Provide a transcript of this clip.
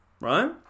right